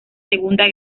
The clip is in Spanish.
segunda